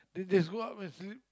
then just go up and sleep